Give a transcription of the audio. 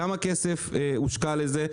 כמה כסף הושקע בזה,